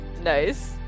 nice